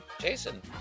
jason